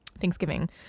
Thanksgiving